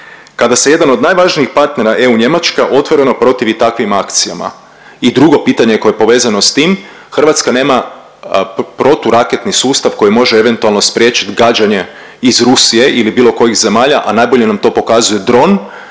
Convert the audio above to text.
kada se jedan od najvažnijih partnera EU Njemačka otvoreno protivi takvim akcijama. I drugo pitanje koje je povezano s tim Hrvatska nema proturaketni sustav koji može eventualno spriječiti gađanje iz Rusije ili bilo kojih zemalja, a najbolje nam to pokazuje dron